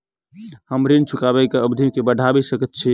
हम ऋण चुकाबै केँ अवधि केँ बढ़ाबी सकैत छी की?